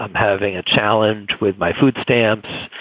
um having a challenge with my food stamps.